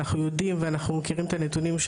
אנחנו יודעים ואנחנו מכירים את הנתונים.